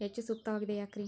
ಹೆಚ್ಚು ಸೂಕ್ತವಾಗಿದೆ ಯಾಕ್ರಿ?